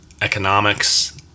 economics